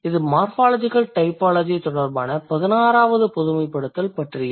இது morphological typology தொடர்பான 16 வது பொதுமைப்படுத்தல் பற்றியது